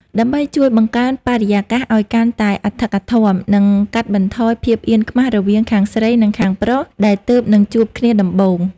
ដើម្បីជួយបង្កើនបរិយាកាសឱ្យកាន់តែអធិកអធម និងកាត់បន្ថយភាពអៀនខ្មាសរវាងខាងស្រីនិងខាងប្រុសដែលទើបនឹងជួបគ្នាដំបូង។